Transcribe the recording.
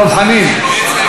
דב חנין.